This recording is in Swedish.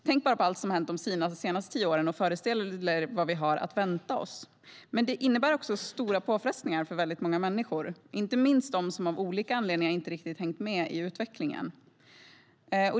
Tänk bara på allt som har hänt de senaste tio åren, och föreställ er vad vi har att vänta oss! Men det innebär också stora påfrestningar för väldigt många människor, inte minst dem som av olika anledningar inte riktigt hängt med i utvecklingen.